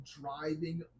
driving